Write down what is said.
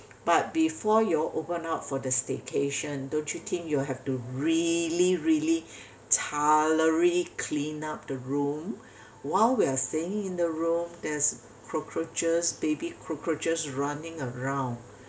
but before y'all open up for the staycation don't you think you have to really really thoroughly clean up the room while we're staying in the room there's cockroaches baby cockroaches running around